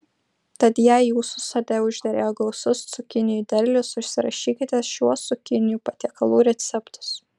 tad jei jūsų sode užderėjo gausus cukinijų derlius užsirašykite šiuos cukinijų patiekalų receptus